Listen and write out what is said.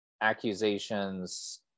accusations